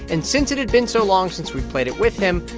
and since it had been so long since we played it with him,